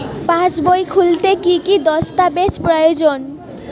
পাসবই খুলতে কি কি দস্তাবেজ প্রয়োজন?